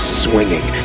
swinging